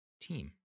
team